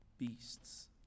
Beasts